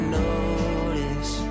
notice